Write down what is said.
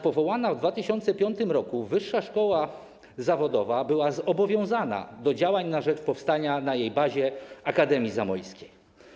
Powołana w 2005 r. wyższa szkoła zawodowa była zobowiązana do działań na rzecz powstania na jej bazie Akademii Zamojskiej.